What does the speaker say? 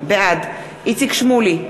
בעד איציק שמולי,